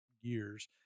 years